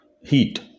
heat